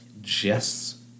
Jess